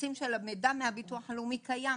מידע מהביטוח הלאומי קיים,